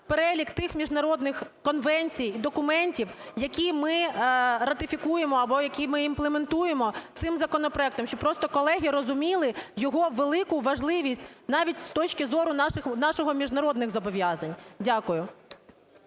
перелік тих міжнародних конвенцій і документів, які ми ратифікуємо або які ми імплементуємо цим законопроектом, щоб просто колеги розуміли його велику важливість навіть з точки зору наших міжнародних зобов'язань. Дякую.